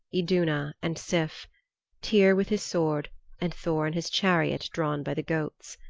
iduna, and sif tyr with his sword and thor in his chariot drawn by the goats.